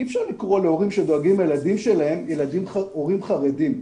אי אפשר לקרוא להורים שדואגים לילדים שלהם הורים חרדים.